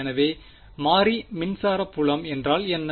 எனவே மாறி மின்சார புலம் என்றால் என்ன